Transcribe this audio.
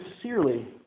sincerely